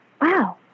Wow